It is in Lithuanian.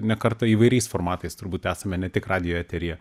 ne kartą įvairiais formatais turbūt esame ne tik radijo eteryje